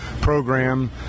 program